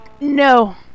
No